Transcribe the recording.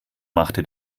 machte